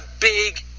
big